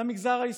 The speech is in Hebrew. למגזר העסקי.